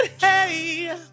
hey